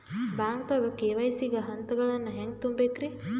ಬ್ಯಾಂಕ್ದಾಗ ಕೆ.ವೈ.ಸಿ ಗ ಹಂತಗಳನ್ನ ಹೆಂಗ್ ತುಂಬೇಕ್ರಿ?